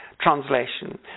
translation